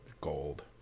gold